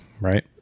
Right